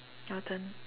your turn